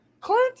Clint